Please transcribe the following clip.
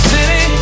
City